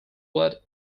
what